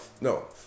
no